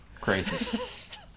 Crazy